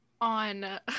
On